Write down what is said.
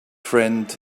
friend